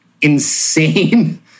insane